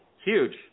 huge